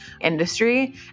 industry